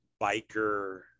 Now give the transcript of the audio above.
biker